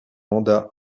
mandat